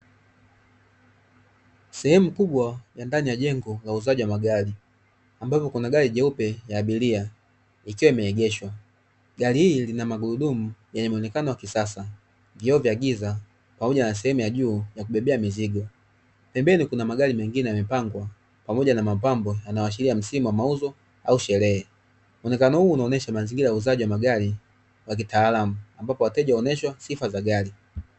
Sehemu kubwa ya ndani ya jengo la uuzaji wa magari, ambapo kuna gari jeupe ya abiria ikiwa imeegeshwa, gari hii lina magurudumu yenye mwonekano wa kisasa, vioo vya giza pamoja na sehemu ya juu ya kubebea mizigo, pembeni kuna magari mengine yamepangwa pamoja na mapambo yanayoashiria msimu wa mauzo au sherehe. Mwonekano huu unaonyesha mazingira ya uuzaji wa magari kwa kitaalamu, ambapo wateja huonyeshwa sifa za gari.